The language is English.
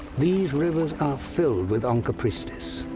these rivers are filled with onchopristis.